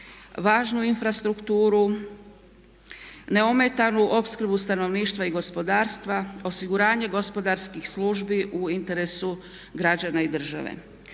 važnu infrastrukturu, neometanu opskrbu stanovništva i gospodarstva, osiguranje gospodarskih službi u interesu građana i države.